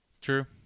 true